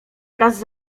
wraz